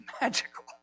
magical